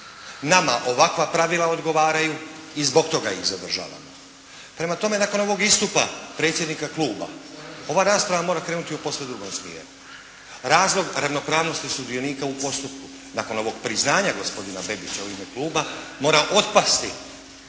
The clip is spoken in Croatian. nama ovakva pravila odgovaraju i zbog toga ih zadržavamo. Prema tome, nakon ovog istupa predsjednika kluba, ova rasprava mora krenuti u posve drugom smjeru. Razlog ravnopravnosti sudionika u postupku nakon ovog priznanja gospodina Bebića u ime kluba mora otpasti.